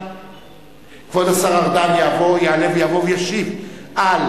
כבוד השר ארדן יעלה ויבוא וישיב על